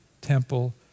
temple